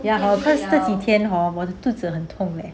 ya of course 这几天 hor 我的肚子很痛 leh